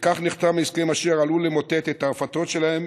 וכך נחתם הסכם אשר עלול למוטט את הרפתות שלהם,